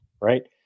Right